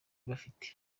bafite